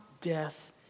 death